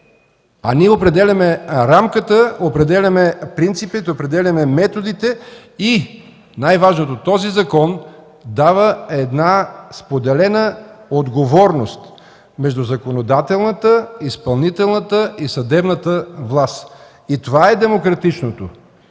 Ние определяме рамката, принципите, методите и най-важното – този закон дава споделена отговорност между законодателната, изпълнителната и съдебната власт. Това е демократичното,